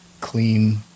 clean